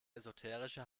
esoterische